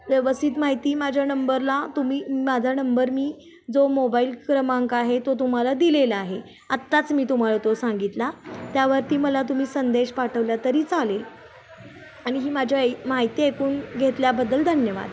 व्यवस्थित माहिती माझ्या नंबरला तुम्ही माझा नंबर मी जो मोबाईल क्रमांक आहे तो तुम्हाला दिलेला आहे आत्ताच मी तुम्हाला तो सांगितला त्यावरती मला तुम्ही संदेश पाठवला तरी चालेल आणि ही माझ्या माहिती ऐकून घेतल्याबद्दल धन्यवाद